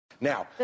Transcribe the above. Now